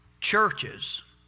Churches